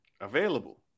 available